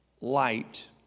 light